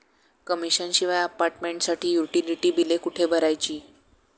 Commission शिवाय अपार्टमेंटसाठी utility बिले कुठे भरायची?